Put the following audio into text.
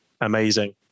amazing